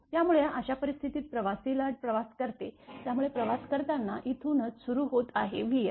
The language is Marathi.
त्यामुळे अशा परिस्थितीत प्रवासी लाट प्रवास करते त्यामुळे प्रवास करताना इथूनच सुरू होत आहे vf